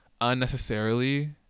unnecessarily